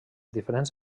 diferents